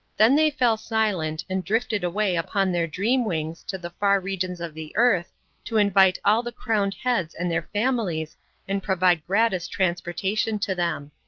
then they fell silent, and drifted away upon their dream wings to the far regions of the earth to invite all the crowned heads and their families and provide gratis transportation to them.